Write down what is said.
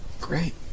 Great